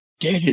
Dead